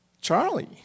Charlie